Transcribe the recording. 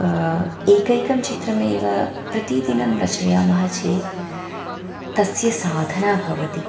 एकैकं चित्रमेव प्रतिदिनं रचयामः चेत् तस्य साधना भवति